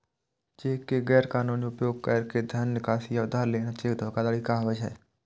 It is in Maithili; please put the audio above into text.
चेक के गैर कानूनी उपयोग कैर के धन निकासी या उधार लेना चेक धोखाधड़ी कहाबै छै